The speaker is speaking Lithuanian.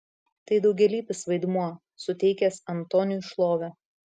tai daugialypis vaidmuo suteikęs antoniui šlovę